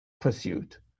pursuit